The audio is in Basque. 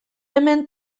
hemen